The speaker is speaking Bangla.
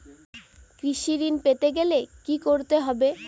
কৃষি ঋণ পেতে গেলে কি করতে হবে?